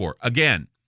Again